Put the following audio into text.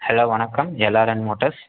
hello வணக்கம் L R N motors